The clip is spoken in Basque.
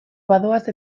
badoaz